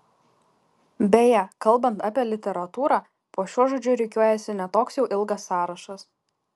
beje kalbant apie literatūrą po šiuo žodžiu rikiuojasi ne toks jau ilgas sąrašas